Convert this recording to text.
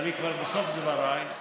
ואני כבר בסוף דבריי,